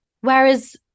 Whereas